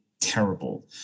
terrible